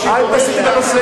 אל תסיט את הנושא.